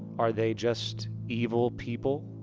are they just evil people?